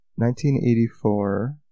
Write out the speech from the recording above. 1984